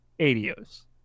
adios